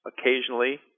occasionally